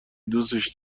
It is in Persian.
دوستش